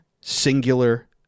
singular